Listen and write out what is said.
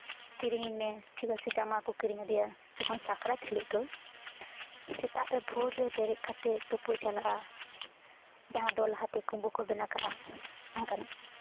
ᱠᱤᱨᱤᱧᱤᱧ ᱢᱮ ᱴᱷᱤᱠ ᱟᱪᱷᱮ ᱡᱟᱢᱟ ᱠᱚ ᱠᱤᱨᱤᱧ ᱟᱫᱮᱭᱟ ᱡᱚᱠᱷᱚᱱ ᱥᱟᱠᱨᱟᱛ ᱦᱤᱞᱳᱜ ᱫᱚ ᱥᱮᱛᱟᱜ ᱨᱮ ᱵᱷᱳᱨ ᱨᱮ ᱵᱮᱨᱮᱫ ᱠᱟᱛᱮᱜ ᱛᱩᱯᱩᱭ ᱪᱟᱞᱟᱜᱼᱟ ᱡᱟᱦᱟᱸ ᱫᱚ ᱞᱟᱦᱟᱛᱮ ᱠᱩᱢᱵᱟᱹ ᱠᱚ ᱵᱮᱱᱟᱣ ᱠᱟᱜᱼᱟ ᱚᱱᱠᱟᱱᱟᱜ